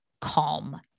calm